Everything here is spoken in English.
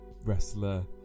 wrestler